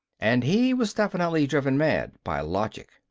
and he was definitely driven mad by logic,